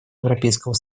европейского